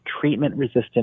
treatment-resistant